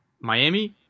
Miami